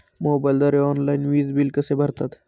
मोबाईलद्वारे ऑनलाईन वीज बिल कसे भरतात?